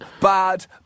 Bad